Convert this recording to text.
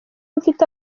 mfite